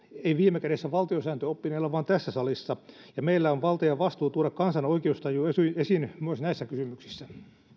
ei viime kädessä valtiosääntöoppineilla vaan tällä salilla ja meillä on valta ja vastuu tuoda kansan oikeustaju esiin esiin myös näissä kysymyksissä